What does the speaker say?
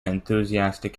enthusiastic